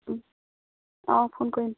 অ' phone কৰিম